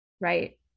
Right